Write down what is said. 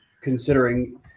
considering